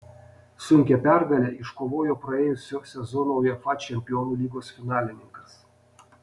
sunkią pergalę iškovojo praėjusio sezono uefa čempionų lygos finalininkas